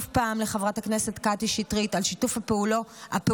לחברת הכנסת קטי שטרית על שיתוף הפעולה,